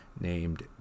named